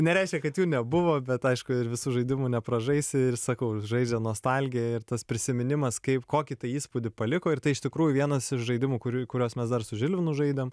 nereiškia kad jų nebuvo bet aišku ir visų žaidimų nepražaisi ir sakau žaidžia nostalgiją ir tas prisiminimas kaip kokį įspūdį paliko ir tai iš tikrųjų vienas iš žaidimų kurių kuriuos mes dar su žilvinu žaidėm